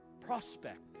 prospect